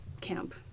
camp